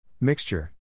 Mixture